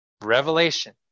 revelation